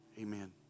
amen